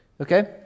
okay